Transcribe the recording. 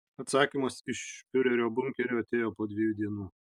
atsakymas iš fiurerio bunkerio atėjo po dviejų dienų